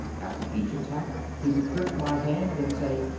after each attack he would grip my hand and say,